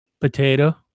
Potato